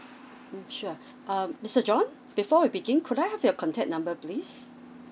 mm sure um mister john before we begin could I have your contact number please